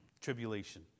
tribulation